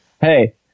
Hey